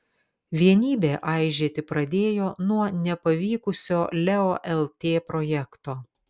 vienybė aižėti pradėjo nuo nepavykusio leo lt projekto